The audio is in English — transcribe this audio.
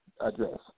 address